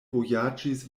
vojaĝis